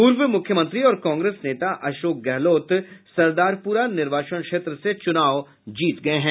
पूर्व मुख्यमंत्री और कांग्रेस नेता अशोक गहलोत सरदारपुरा निर्वाचन क्षेत्र से चुनाव जीत गए हैं